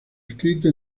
escrito